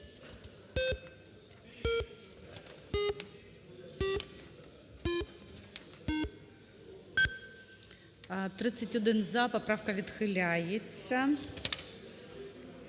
36 "за", поправка відхиляється.